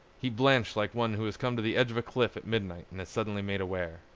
he blanched like one who has come to the edge of a cliff at midnight and is suddenly made aware.